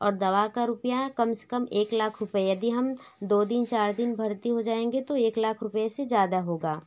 और दवा का रुपया है कम से कम एक लाख रुपए यदि हम दो दिन चार दिन भर्ती हो जाएँगे तो एक लाख रुपए से ज़्यादा होगा